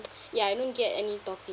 ya I don't get any toppings